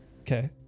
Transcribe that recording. Okay